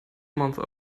months